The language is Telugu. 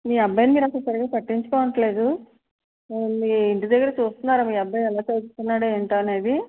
మీ అబ్బాయిని మీరు అసలు సరిగ్గా పట్టించుకోవట్లేదు మీ ఇంటి దగ్గర చూస్తున్నారా మీ అబ్బాయి ఎలా చదువుతున్నాడు ఏంటి అనేది